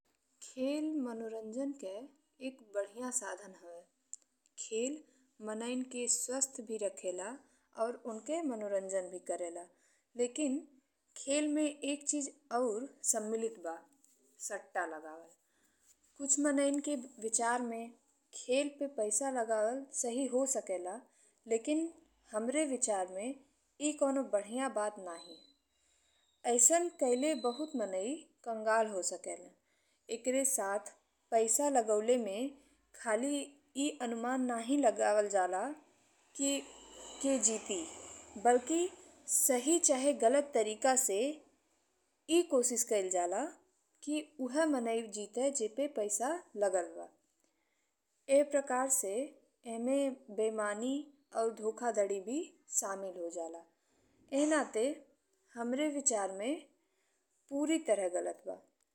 खेल मनोरंजन के एक बढ़िया साधन हवे। खेल मनईन के स्वस्थ भी रहेला और उनके मनोरंजन भी करेला लेकिन खेल में एक चीज और सम्मिलित बा- सट्टा लगावल। कुछ मनइन के विचार में खेल पे पैसा लगावल सही हो सकेला लेकिन हमरे विचार में ई कवनो बढ़िया बात नइखे। अइसन कइले बहुत मनई कंगाल हो सकेला एकरे साथ पैसा लगावे में खाली ई अनुमान नइखे लगावल जाला कि के जीते बलकि सही चाहे गलत तरीका से ई कोशिश कइल जाला कि उहे मनई जीते जेपे पैसा लागल बा। एह प्रकार से एहमें बईमानी अउर धोखाधड़ी भी शामिल हो जाला। एह नाते हमरे विचार में पूरी तरह गलत बा।